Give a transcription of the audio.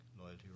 Loyalty